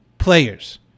players